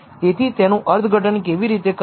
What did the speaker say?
તેથી તેનું અર્થઘટન કેવી રીતે કરવું